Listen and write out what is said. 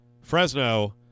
Fresno